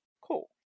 cool